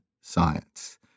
science